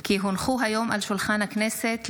כי הונחו היום על שולחן הכנסת,